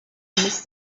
miss